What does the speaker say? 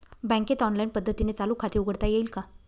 बँकेत ऑनलाईन पद्धतीने चालू खाते उघडता येईल का?